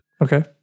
Okay